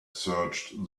searched